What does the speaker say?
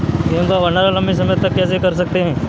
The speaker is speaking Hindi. गेहूँ का भण्डारण लंबे समय तक कैसे कर सकते हैं?